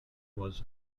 was